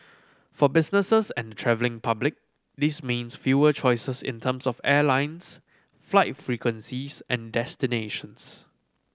for businesses and travelling public this means fewer choices in terms of airlines flight frequencies and destinations